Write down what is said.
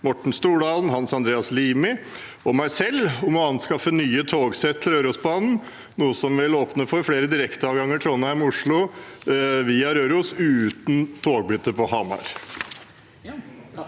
Morten Stordalen, Hans Andreas Limi og meg selv om å anskaffe nye togsett til Rørosbanen, noe som vil åpne for flere direkteavganger Trondheim– Oslo via Røros uten togbytte på Hamar.